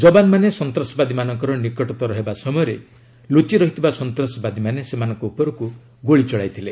ଯବାନମାନେ ସନ୍ତାସବାଦୀମାନଙ୍କର ନିକଟତର ହେବା ସମୟରେ ଲୁଚିରହିଥିବା ସନ୍ତ୍ରାସବାଦୀମାନେ ସେମାନଙ୍କ ଉପରକୁ ଗୁଳି ଚଳାଇଥିଲେ